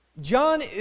John